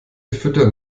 füttern